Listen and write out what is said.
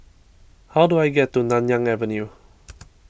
how do I get to Nanyang Avenue